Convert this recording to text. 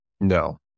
No